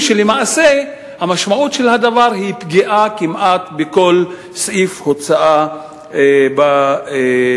כשלמעשה המשמעות של הדבר היא פגיעה כמעט בכל סעיף הוצאה בתקציב.